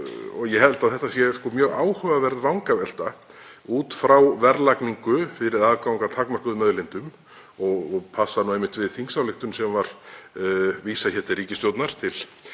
Ég held að þetta sé mjög áhugaverð vangavelta út frá verðlagningu fyrir aðgang að takmörkuðum auðlindum og passar einmitt við þingsályktun sem var vísað til ríkisstjórnar,